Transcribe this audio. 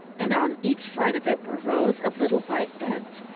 and on each side of it were rows of little white beds,